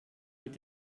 mit